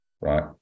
Right